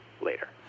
later